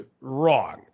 wrong